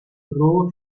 raw